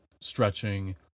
stretching